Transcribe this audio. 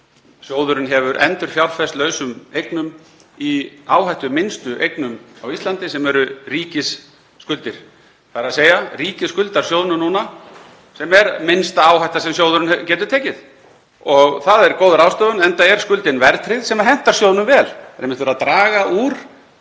að sjóðurinn hefur endurfjárfest lausum eignum í áhættuminnstu eignum á Íslandi sem eru ríkisskuldir, þ.e. ríkið skuldar sjóðnum núna sem er minnsta áhætta sem sjóðurinn getur tekið. Það er góð ráðstöfun, enda er skuldin verðtryggð sem hentar sjóðnum vel. Það er einmitt verið að draga úr